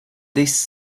this